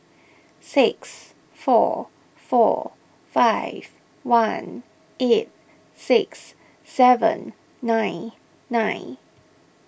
six four four five one eight six seven nine nine